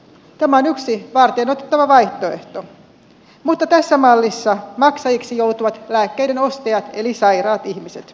tämä on yksi varteenotettava vaihtoehto mutta tässä mallissa maksajiksi joutuvat lääkkeiden ostajat eli sairaat ihmiset